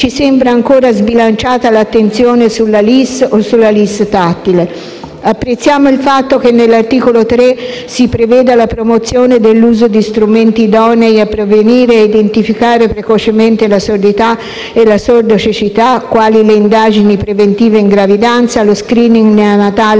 ci sembra ancora sbilanciata l'attenzione sulla LIS o sulla LIS tattile. Apprezziamo il fatto che nell'articolo 3 si preveda la promozione dell'uso di strumenti idonei a prevenire e identificare precocemente la sordità e la sordocecità, come le indagini preventive in gravidanze, lo *screening* neonatale